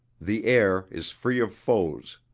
the air is free of foes.